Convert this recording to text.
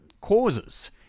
causes